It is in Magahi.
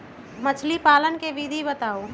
मछली पालन के विधि बताऊँ?